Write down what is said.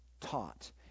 taught